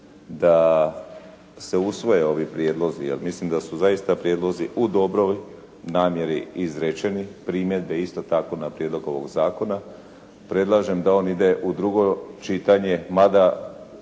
da se usvoje ovi prijedlozi jer mislim da su zaista prijedlozi u dobroj namjeri izrečeni. Primjedbe isto tako na prijedlog ovog zakona. Predlažem da on ide u drugo čitanje mada